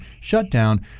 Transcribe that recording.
shutdown